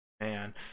man